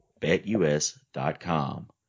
BetUS.com